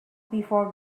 before